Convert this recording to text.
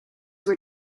were